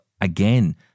again